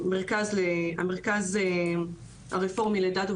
כאשר בסופו של דבר אין לי תלונות שניתן לקדם אותן מצד אחד,